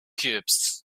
cubes